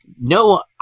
No